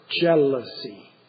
Jealousy